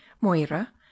moira